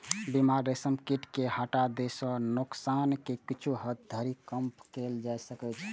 बीमार रेशम कीट कें हटा दै सं नोकसान कें किछु हद धरि कम कैल जा सकै छै